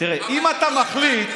תראה, אם אתה מחליט,